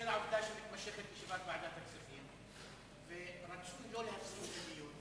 בשל העובדה שישיבת ועדת הכספים מתמשכת ורצוי לא להפסיק את הדיון,